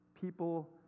people